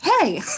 hey